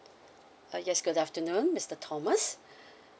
uh yes good afternoon mister thomas